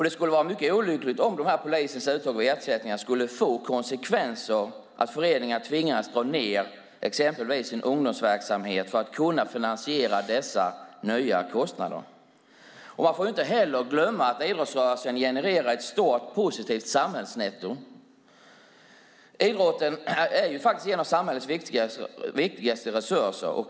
Det skulle vara mycket olyckligt om polisens uttag och ersättningar skulle få som konsekvens att föreningar tvingas dra ned exempelvis sin ungdomsverksamhet för att kunna finansiera dessa nya kostnader. Man får inte heller glömma att idrottsrörelsen genererar ett stort positivt samhällsnetto. Idrotten är faktiskt en av samhällets viktigaste resurser.